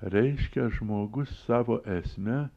reiškia žmogus savo esme